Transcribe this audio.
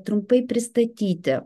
trumpai pristatyti